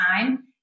time